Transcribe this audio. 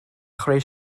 chreu